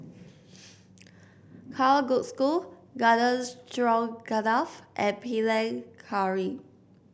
Kalguksu Garden Stroganoff and Panang Curry